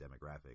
demographic